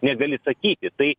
negali saky tai